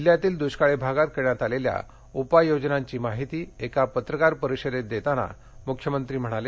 जिल्ह्यातील दुष्काळी भागात करण्यात आलेल्या उपाययोजनाची माहिती एका पत्रकार परिषदेत देताना मुख्यमंत्री म्हणाले